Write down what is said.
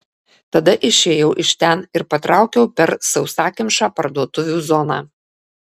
tada išėjau iš ten ir patraukiau per sausakimšą parduotuvių zoną